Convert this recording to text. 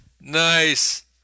Nice